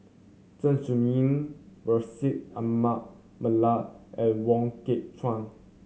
Zeng Shouyin Bashir Ahmad Mallal and Wong Kah